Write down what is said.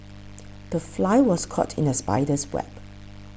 the fly was caught in the spider's web